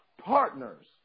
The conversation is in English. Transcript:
partners